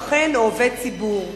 שכן או עובד ציבור.